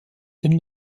dem